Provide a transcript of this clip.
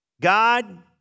God